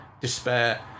despair